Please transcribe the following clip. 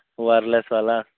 wireless ବାଲା